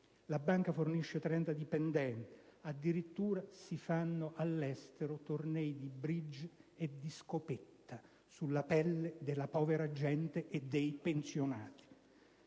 la Banca fornisce 30 dipendenti. Addirittura, si tengono all'estero tornei di *bridge* e di scopetta, sulla pelle della povera gente e dei pensionati.